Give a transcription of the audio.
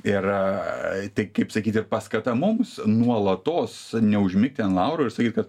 ir tai kaip sakyt ir paskata mums nuolatos neužmigti ant laurų ir sakyt kad